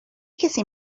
کسی